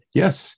yes